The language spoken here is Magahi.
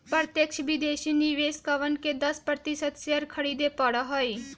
प्रत्यक्ष विदेशी निवेशकवन के दस प्रतिशत शेयर खरीदे पड़ा हई